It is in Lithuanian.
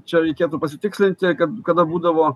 čia reikėtų pasitikslinti kad kada būdavo